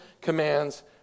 commands